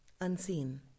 Unseen